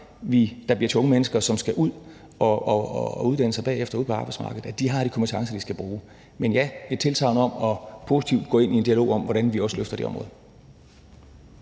der bliver til de unge mennesker og skal ud at uddanne sig bagefter og skal ud på arbejdsmarkedet, har de kompetencer, de skal bruge. Men ja, vi giver et tilsagn om positivt at gå ind i en dialog om, hvordan vi også løfter det område.